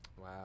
Wow